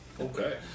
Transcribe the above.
Okay